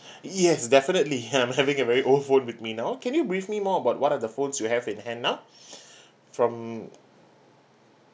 yes definitely I'm having a very old phone with me now can you brief me more about what are the phones you have in hand now from